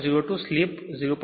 02 slip 0